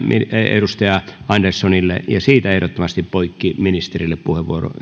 edustaja anderssonille ja siitä ehdottomasti poikki ja ministerille puheenvuoro